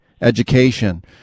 education